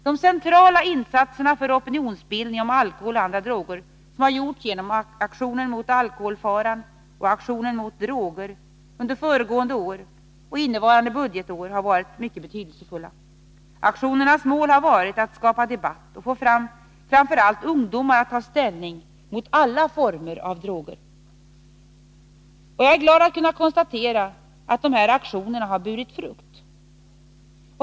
De centrala insatser för opinionsbildning omkring alkohol och andra droger som gjorts genom Aktion mot alkoholfaran och Aktion mot droger, under föregående och innevaranae budgetår, har varit betydelsefulla. Aktionernas mål har varit att skapa debatt och få framför allt ungdomar att ta ställning mot alla former av droger. Jag är glad över att kunna konstatera att dessa aktioner burit frukt.